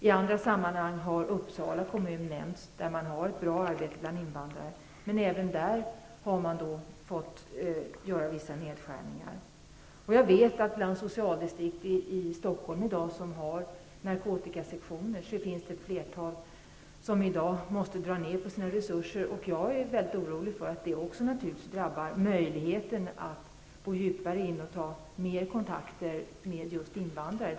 I andra sammanhang har Uppsala kommun nämnts, där man har ett bra arbete bland invandrare. Men även där har man varit tvungen att göra vissa nedskärningar. Jag vet att det i dag i de socialdistrikt i Stockholm som har narkotikasektioner finns ett flertal som måste göra neddragningar. Jag är väldigt orolig för att det också så att säga drabbar möjligheten att tränga djupare in i dessa frågor och ta fler kontakter med just invandrare.